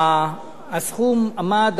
הסכום עמד על